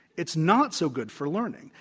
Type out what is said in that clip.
it's not so good for learning.